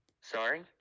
Sorry